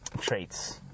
traits